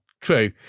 true